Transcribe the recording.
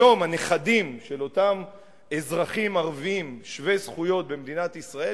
היום הנכדים של אותם אזרחים ערבים שווי זכויות במדינת ישראל,